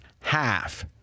half